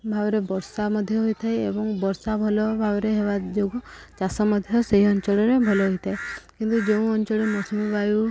ଭାବରେ ବର୍ଷା ମଧ୍ୟ ହୋଇଥାଏ ଏବଂ ବର୍ଷା ଭଲ ଭାବରେ ହେବା ଯୋଗୁଁ ଚାଷ ମଧ୍ୟ ସେହି ଅଞ୍ଚଳରେ ଭଲ ହୋଇଥାଏ କିନ୍ତୁ ଯେଉଁ ଅଞ୍ଚଳରେ ମୌସୁମୀ ବାୟୁ